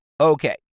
okay